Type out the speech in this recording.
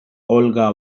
olga